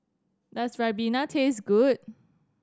does ribena taste good